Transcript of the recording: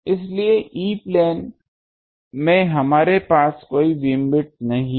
इसलिए E plane में हमारे पास कोई बैंडविड्थ नहीं है